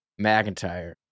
McIntyre